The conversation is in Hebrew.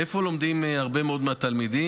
איפה לומדים הרבה מאוד מהתלמידים?